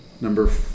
number